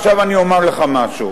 עכשיו אני אומר לך משהו.